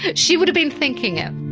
but she would've been thinking it